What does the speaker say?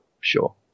sure